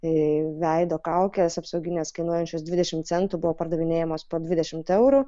į veido kaukes apsaugines kainuojančius dvidešimt centų buvo pardavinėjamos po dvidešimt eurų